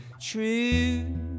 true